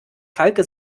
falke